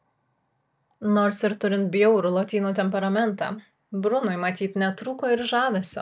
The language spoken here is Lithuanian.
nors ir turint bjaurų lotynų temperamentą brunui matyt netrūko ir žavesio